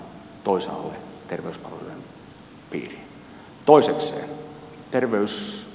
toisekseen terveysturismista